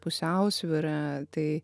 pusiausvyra tai